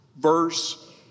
verse